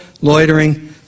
loitering